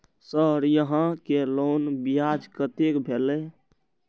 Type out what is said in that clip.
Sir यहां के loan ब्याज कतेक भेलेय?